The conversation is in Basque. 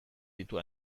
ditu